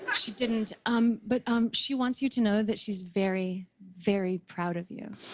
um she didn't um but um she wants you to know that she's very, very proud of you.